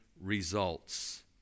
results